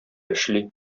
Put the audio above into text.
эшли